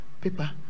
paper